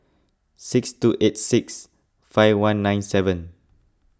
six two eight six five one nine seven